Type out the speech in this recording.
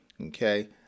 Okay